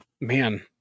man